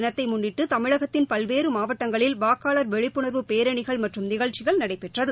தேசிய வாக்காளர் தினத்தை முன்னிட்டு தமிழகத்தின் பல்வேறு மாவட்டங்களில் வாக்காளர் விழிப்புணர்வு பேரணிகள் மற்றும் நிகழ்ச்சிகள் நடைபெற்றது